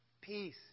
peace